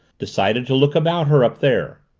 decided to look about her up there.